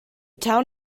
town